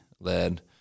led